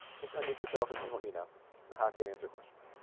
just imeet yourself and and let me know i'm happy to answer questions